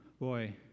Boy